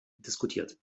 diskutiert